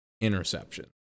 interception